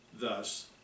Thus